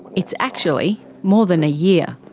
it's actually more than a year.